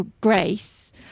grace